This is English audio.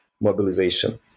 mobilization